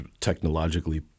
technologically